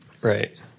Right